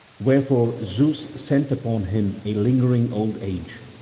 wherefore zeus sent upon him a lingering old age,